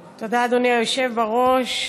תודה, אדוני היושב בראש.